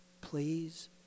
please